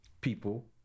people